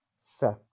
set